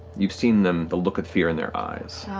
you've seen them, the look of fear in their eyes.